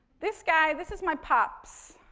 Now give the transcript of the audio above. this guy, this is my pops,